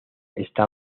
está